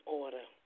order